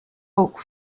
rock